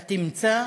אתה תמצא